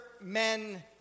men